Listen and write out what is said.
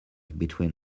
between